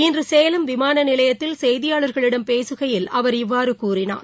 இன்று சேலம் விமான நிலையத்தில் செய்தியாளர்களிடம் பேசுகையில் அவர் இவ்வாறு கூறினார்